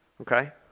okay